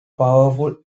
powerful